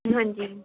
ਹਾਂਜੀ